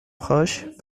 proches